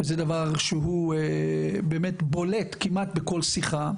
זה דבר שבולט כמעט בכל שיחה.